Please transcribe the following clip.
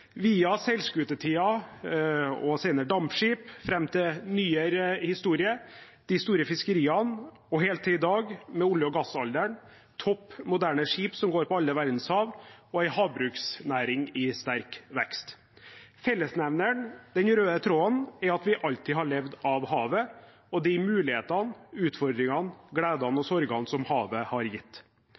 via seilskutetiden og senere dampskip, fram til nyere historie, de store fiskeriene og helt til i dag med olje- og gassalderen, topp moderne skip som går på alle verdens hav, og en havbruksnæring i sterk vekst. Fellesnevneren – den røde tråden – er at vi alltid har levd av havet og de mulighetene, utfordringene, gledene og sorgene som havet har gitt.